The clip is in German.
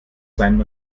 sein